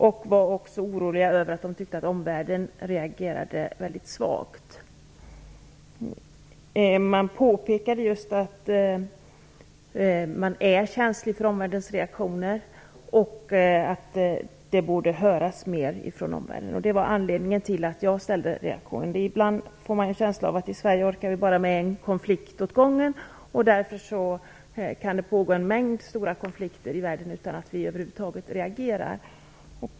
De tyckte också att omvärlden reagerade mycket svagt, vilket också oroade dem. Man påpekade att man är känslig för omvärldens reaktioner och att det borde höras mer ifrån omvärlden. Det var anledningen till att jag ställde en interpellation. Ibland får man känslan av att vi i Sverige bara orkar med en konflikt åt gången. Därför kan det pågå en mängd stora konflikter i världen utan att vi över huvud taget reagerar.